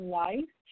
life